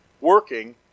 working